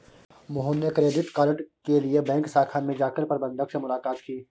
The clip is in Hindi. मोहन ने क्रेडिट कार्ड के लिए बैंक शाखा में जाकर प्रबंधक से मुलाक़ात की